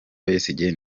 besigye